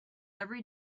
every